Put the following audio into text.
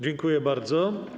Dziękuję bardzo.